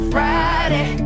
Friday